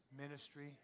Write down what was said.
ministry